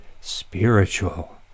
spiritual